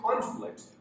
conflict